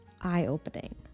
eye-opening